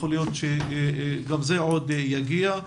יכול להיות שגם זה עוד יגיע.